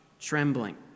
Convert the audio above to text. trembling